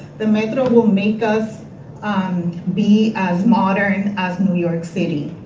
the metro will make us um be as modern as new york city.